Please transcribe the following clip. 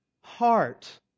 heart